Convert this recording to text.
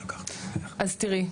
אז תראי,